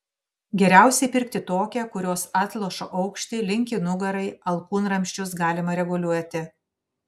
geriausiai pirkti tokią kurios atlošo aukštį linkį nugarai alkūnramsčius galima reguliuoti